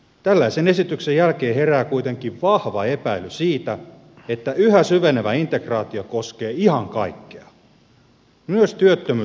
tällaisen esityksen jälkeen herää kuitenkin vahva epäily siitä että yhä syvenevä integraatio koskee ihan kaikkea myös työttömyys ja sosiaaliturvaa